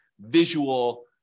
visual